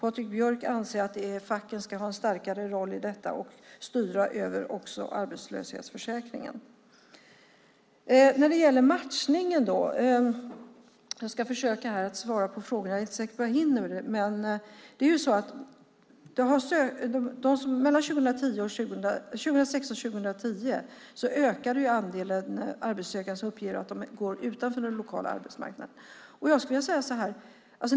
Patrik Björck anser att facken ska ha en starkare roll i detta och också styra över arbetslöshetsförsäkringen. När det gäller matchningen ska jag försöka svara på de ställda frågorna, men jag är inte säker på att jag hinner med alla. Åren 2006-2010 ökade andelen arbetssökande som uppgett att de går utanför den lokala arbetsmarknaden.